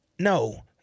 No